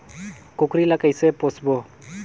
कूकरी ला कइसे पोसबो?